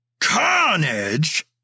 carnage